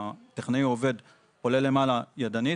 הטכנאי עולה למעלה ידנית,